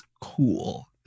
cool